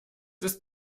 ist